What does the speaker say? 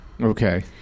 Okay